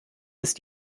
ist